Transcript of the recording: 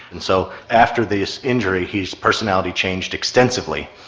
and so after this injury his personality changed extensively.